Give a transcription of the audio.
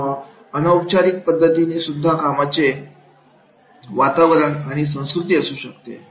किंवा अनौपचारिक पद्धतीने सुद्धा कामाचे वातावरण आणि संस्कृती असू शकते